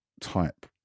type